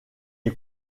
est